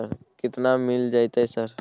केतना मिल जेतै सर?